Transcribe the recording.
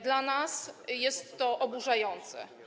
Dla nas jest to oburzające.